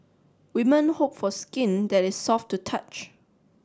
women hope for skin that is soft to touch